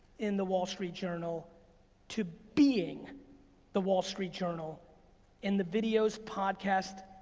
in the wall street journal to being the wall street journal in the videos, podcasts,